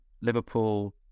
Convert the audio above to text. Liverpool